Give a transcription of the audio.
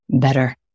better